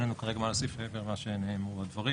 אין לנו כרגע מה להוסיף מעבר למה שנאמרו הדברים,